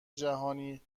جهانی